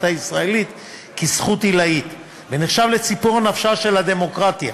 הישראלית כזכות עילאית ונחשב לציפור נפשה של הדמוקרטיה.